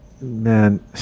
man